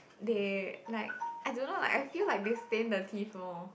they like I don't know lah I feel like they stain the teeth more